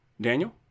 Daniel